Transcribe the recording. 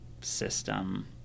system